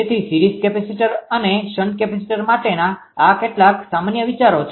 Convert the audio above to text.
તેથી સીરીઝ અને shunt capacitor માટેના આ કેટલાક સામાન્ય વિચારો છે